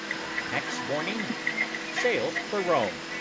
and next morning sailed for rome.